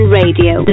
radio